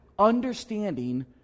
understanding